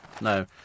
No